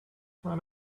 friend